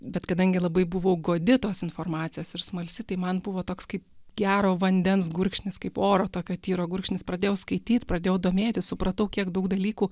bet kadangi labai buvau godi tos informacijos ir smalsi tai man buvo toks kaip gero vandens gurkšnis kaip oro tokio tyro gurkšnis pradėjau skaityt pradėjau domėtis supratau kiek daug dalykų